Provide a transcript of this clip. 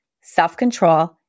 self-control